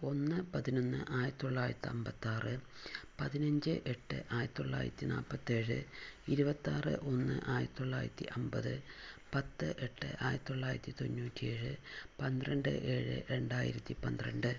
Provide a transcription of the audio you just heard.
ഒന്ന് പതിനൊന്ന് ആയിരത്തി തൊള്ളായിരത്തി അമ്പത്താറ് പതിനഞ്ച് എട്ട് ആയിരത്തി തൊള്ളായിരത്തി നാൽപ്പത്തേഴ് ഇരുപത്താറ് ഒന്ന് ആയിരത്തി തൊള്ളായിരത്തി അമ്പത് പത്ത് എട്ട് ആയിരത്തി തൊള്ളായിരത്തി തൊണ്ണൂറ്റി ഏഴ് പന്ത്രണ്ട് ഏഴ് രണ്ടായിരത്തി പന്ത്രണ്ട്